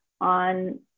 on